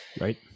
Right